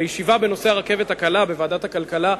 בישיבה בנושא הרכבת הקלה בוועדת הכלכלה,